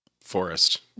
Forest